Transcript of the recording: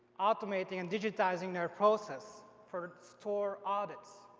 optimizing and digitizing their process for store audits.